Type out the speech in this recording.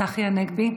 צחי הנגבי,